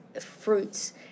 fruits